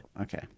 okay